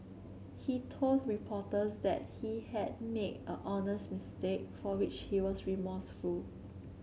he told reporters that he had made a honest mistake for which he was remorseful